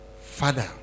Father